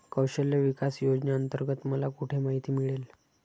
कौशल्य विकास योजनेअंतर्गत मला कुठे माहिती मिळेल?